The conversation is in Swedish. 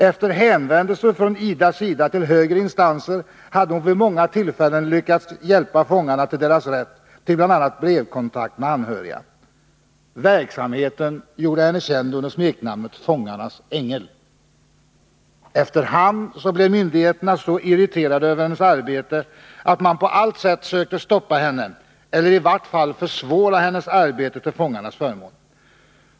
Efter hänvändelser från Idas sida till högre instanser hade hon vid många tillfällen lyckats hjälpa fångarna till deras rätt till bl.a. brevkontakt med anhöriga. Verksamheten gjorde henne känd under smeknamnet ”fångarnas ängel”. Efter hand blev myndigheterna så irriterade över hennes arbete att de på allt sätt sökte stoppa henne eller i vart fall försvåra hennes arbete till fångarnas förmån.